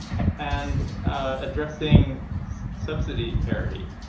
and addressing subsidy parity.